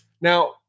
Now